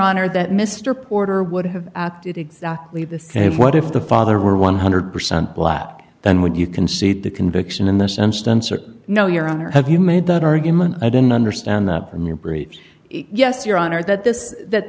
honor that mr porter would have acted exactly the same what if the father were one hundred percent black then would you concede the conviction in this instance or no your honor have you made that argument i don't understand that from your brief yes your honor that this that